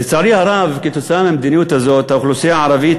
לצערי הרב, בגלל המדיניות הזאת האוכלוסייה הערבית